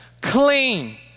clean